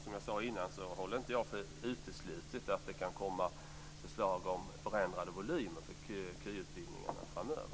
Som jag sade innan håller jag inte för uteslutet att det kan komma förslag om förändrade volymer för KY utbildningarna framöver.